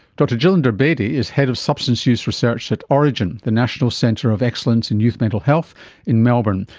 dr gillinder bedi is head of substance use research at orygen, the national centre of excellence in youth mental health in melbourne.